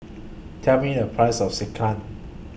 Tell Me The Price of Sekihan